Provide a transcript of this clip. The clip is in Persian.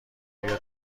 بیا